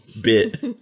bit